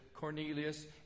Cornelius